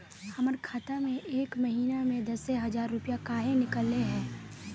हमर खाता में एक महीना में दसे हजार रुपया काहे निकले है?